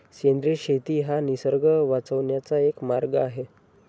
सेंद्रिय शेती हा निसर्ग वाचवण्याचा एक मार्ग आहे